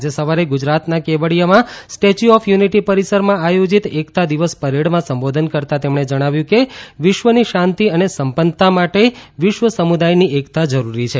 આજે સવારે ગુજરાતના કેવડિયામાં સ્ટેચ્યૂ ઓફ યુનિટિ પરિસરમાં આયોજીત એકતા દિવસ પરેડમાં સંબોધન કરતાં જણાવ્યું કે વિશ્વની શાંતિ અને સંપન્નતા માટે વિશ્વ સમુદાયની ઍકતા જરૂરી છે